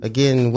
Again